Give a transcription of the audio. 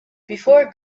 before